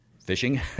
fishing